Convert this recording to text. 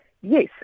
Yes